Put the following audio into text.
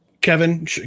Kevin